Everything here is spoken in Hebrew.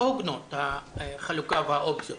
לא הוגנות החלוקה והאופציות.